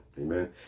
Amen